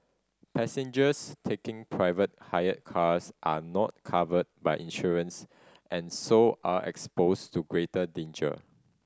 passengers taking private hire cars are not covered by insurance and so are exposed to greater danger